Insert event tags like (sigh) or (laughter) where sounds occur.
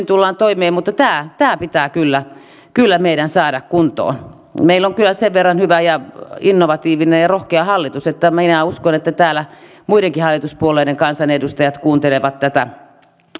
(unintelligible) tullaan toimeen mutta tämä pitää pitää kyllä kyllä meidän saada kuntoon meillä on kyllä sen verran hyvä ja innovatiivinen ja rohkea hallitus että minä uskon että täällä muidenkin hallituspuolueiden kansanedustajat kuuntelevat tätä